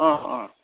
अँ अँ